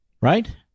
Right